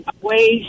ways